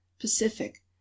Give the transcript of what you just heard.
Pacific